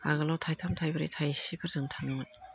आगोलाव थाइथाम थाइब्रै थाइसेफोरजोंनो थाङोमोन